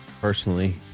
personally